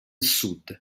sud